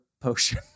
potion